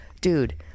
dude